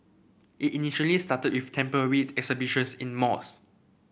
it initially started with temporary exhibitions in malls